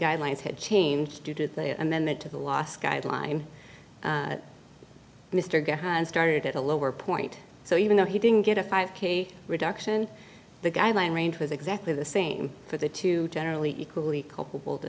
guidelines had changed due to the amendment to the last guideline mr guy has started at a lower point so even though he didn't get a five k reduction the guideline range was exactly the same for the two generally equally